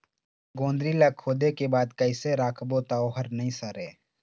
गोंदली ला खोदे के बाद कइसे राखबो त ओहर नई सरे?